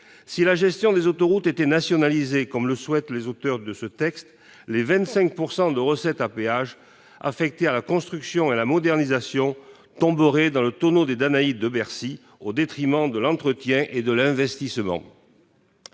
Si la gestion des autoroutes était nationalisée, comme le souhaitent les auteurs de ce texte, le quart des recettes des péages affecté à la construction et à la modernisation tomberait dans le tonneau des Danaïdes de Bercy, au détriment de l'entretien et de l'investissement.